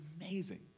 amazing